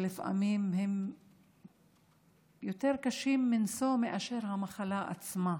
ולפעמים הם יותר קשים מנשוא מאשר המחלה עצמה.